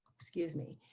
excuse me.